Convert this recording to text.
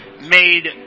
made